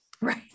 right